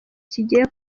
kigiye